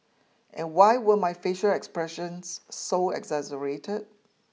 and why were my facial expressions so exaggerated